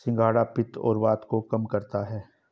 सिंघाड़ा पित्त और वात को कम करता है